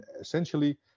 essentially